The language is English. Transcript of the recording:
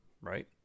Right